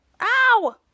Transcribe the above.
ow